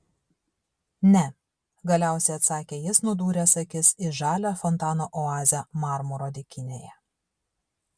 ne galiausiai atsakė jis nudūręs akis į žalią fontano oazę marmuro dykynėje